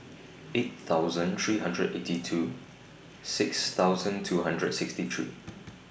eight thousand three hundred eighty two six thousand two hundred and sixty three